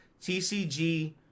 TCG